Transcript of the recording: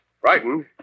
Frightened